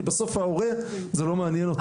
כי בסוף זה לא מעניין את ההורה,